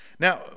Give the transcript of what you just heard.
Now